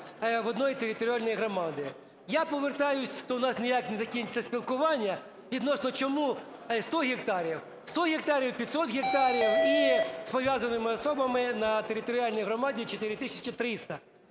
в одній територіальній громаді. Я повертаюсь, тут у нас ніяк не закінчиться спілкування, відносно чому 100 гектарів. 100 гектарів, 500 гектарів і з пов'язаними особами на територіальній громаді 4